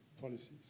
policies